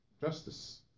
justice